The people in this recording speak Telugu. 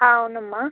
అవునమ్మ